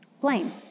blame